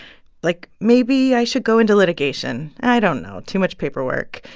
like, maybe i should go into litigation. and i don't know too much paperwork.